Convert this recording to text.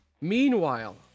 meanwhile